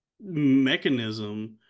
mechanism